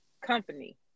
company